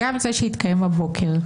גם זה שהתקיים הבוקר,